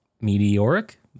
Meteoric